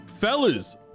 Fellas